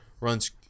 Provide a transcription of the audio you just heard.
runs